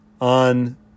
on